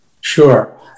Sure